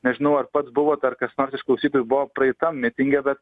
nežinau ar pats buvot ar kas nors iš klausytojų buvo praeitam mitinge bet